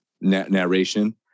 narration